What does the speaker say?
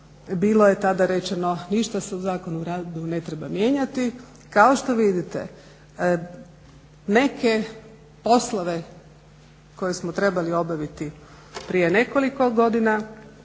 bilo je tada rečeno ništa se u Zakonu o radu ne treba mijenjati. Kao što vidite, neke poslove koje smo trebali obaviti prije nekoliko godina